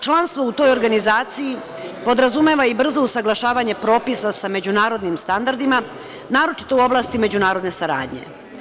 Članstvo u toj organizaciji podrazumeva i brzo usaglašavanje propisa sa međunarodnim standardima, naročito u oblasti međunarodne saradnje.